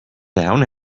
down